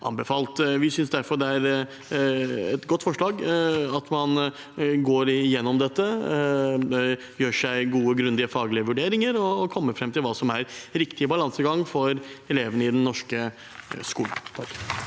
Vi synes derfor det er et godt forslag å gå igjennom dette, gjøre seg gode og grundige faglige vurderinger og å komme fram til hva som er en riktig balansegang for elevene i den norske skolen.